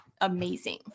amazing